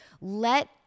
Let